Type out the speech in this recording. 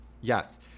Yes